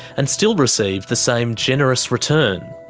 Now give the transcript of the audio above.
and still receive the same generous return.